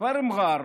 כפר מע'אר